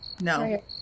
No